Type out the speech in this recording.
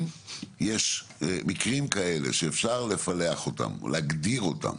אם יש מקרים כאלה שאפשר לפלח אותם או להגדיר אותם